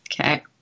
Okay